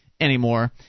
anymore